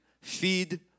feed